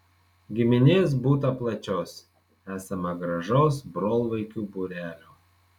giminės būta plačios esama gražaus brolvaikių būrelio